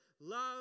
love